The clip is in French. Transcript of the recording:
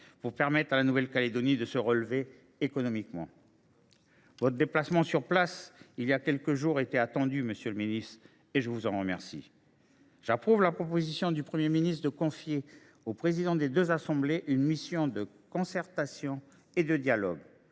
pour permettre à la Nouvelle Calédonie de se relever économiquement. Votre déplacement sur place, il y a quelques jours, était attendu, monsieur le ministre, et je vous en remercie. J’approuve la proposition du Premier ministre de confier aux présidents des deux assemblées une mission de concertation et de dialogue.